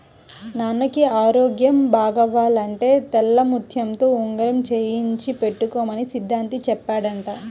నాన్నకి ఆరోగ్యం బాగవ్వాలంటే తెల్లముత్యంతో ఉంగరం చేయించి పెట్టుకోమని సిద్ధాంతి చెప్పాడంట